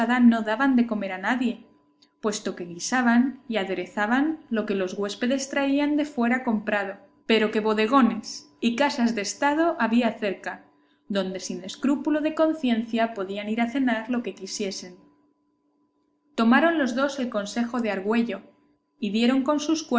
no daban de comer a nadie puesto que guisaban y aderezaban lo que los huéspedes traían de fuera comprado pero que bodegones y casas de estado había cerca donde sin escrúpulo de conciencia podían ir a cenar lo que quisiesen tomaron los dos el consejo de argüello y dieron con sus